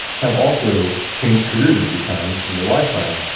have also changed careers a few times in your lifetime.